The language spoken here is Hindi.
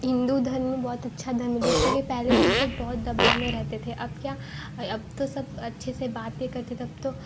हिंदू धर्म बहुत अच्छा धर्म है जैसे कि पहले सब लोग बहुत दबाव में रहते थे अब क्या अब तो सब अच्छे से बातें करते तब तो